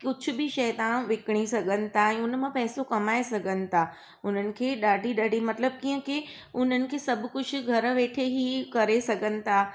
कुझु बि शइ तहां विकिणी सघनि था ऐं हुन मां पैसो कमाए सघनि था उन्हनि खे ॾाढी ॾाढी मतिलबु कीअं की उन्हनि खे सभु कुझु घरु वेठे ई करे सघनि था